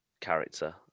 character